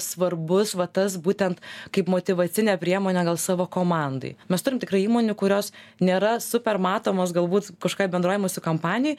svarbus va tas būtent kaip motyvacinė priemonė gal savo komandai mes turim tikrai įmonių kurios nėra supermatomos galbūt kažkokioj bendroj mūsų kompanijoj